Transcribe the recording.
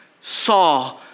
saw